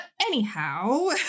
anyhow